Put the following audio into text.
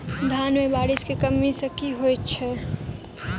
धान मे बारिश केँ कमी सँ की होइ छै?